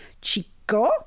Chico